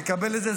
תקבל את זה,